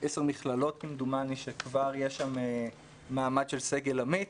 עשר מכללות כמדומני שכבר יש שם מעמד של סגל עמית.